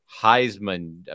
Heisman